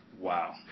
Wow